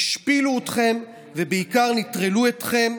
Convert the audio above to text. השפילו אתכם, ובעיקר נטרלו אתכם.